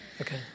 Okay